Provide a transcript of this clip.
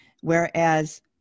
Whereas